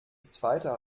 zweiter